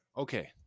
Okay